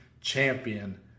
champion